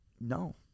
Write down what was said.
No